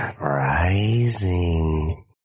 rising